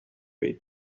way